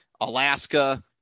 Alaska